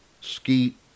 Skeet